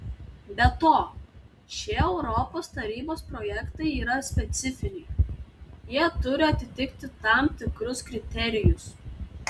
be to šie europos tarybos projektai yra specifiniai jie turi atitikti tam tikrus kriterijus